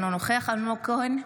אינו נוכח אלמוג כהן,